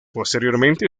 posteriormente